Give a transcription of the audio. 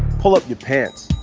pull up your pants.